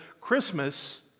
Christmas